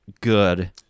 good